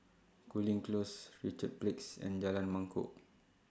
Cooling Close Richards and Jalan Mangkok